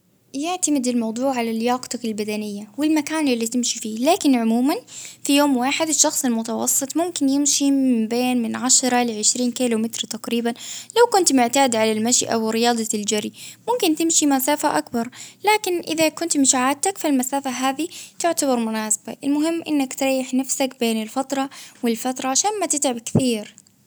بيعتمد الموضوع على لياقتك البدنية، والمكان اللي تمشي فيه ،لكن عموما في يوم واحد الشخص المتوسط ممكن يمشي من بين من عشرة لعشرين كيلو متر تقريبا، لو كنت معتاد على المشي أو رياضة الجري ممكن تمشي مسافة أكبر، لكن إذا كنت مش عادتك المسافة هذي تعتبر مناسبة إنك تريح نفسك بين الفترة والفترة عشان ما تتعب كثير.